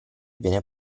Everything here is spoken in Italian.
viene